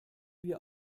wir